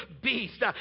beast